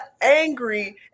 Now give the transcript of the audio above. angry